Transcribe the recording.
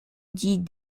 dit